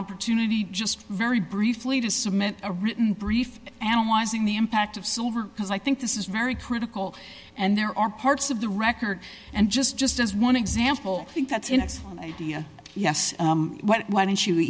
opportunity just very briefly to submit a written brief analyzing the impact of silver because i think this is very critical and there are parts of the record and just just as one example i think that's an excellent idea yes why don't you